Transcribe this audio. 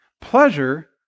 pleasure